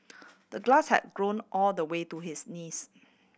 the grass had grown all the way to his knees